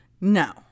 no